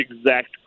exact